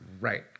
Right